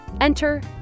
Enter